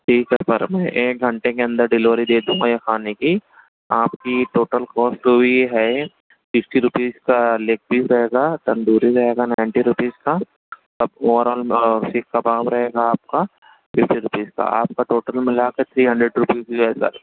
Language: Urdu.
ٹھیک ہے سر میں ایک گھنٹے کے اندر ڈیلیوری دے دوں گا یہ کھانے کی آپ کی ٹوٹل کوسٹ ہوئی ہے ففٹی روپیز کا لیگ پیس رہے گا تندروی رہے گا نائنٹی روپیز كا آپ کو اوور آل سیخ كباب رہے گا آپ کا ففٹی روپیز کا آپ کا ٹوٹل ملا کر تھری ہنڈریڈ روپیز ہوا ہے سر